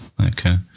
Okay